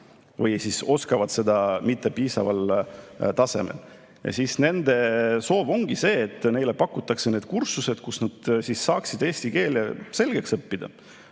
või siis oskavad seda mittepiisaval tasemel. Nende soov ongi see, et neile pakutaks kursuseid, kus nad saaksid eesti keele selgeks õppida.